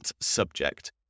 subject